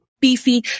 beefy